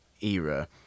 era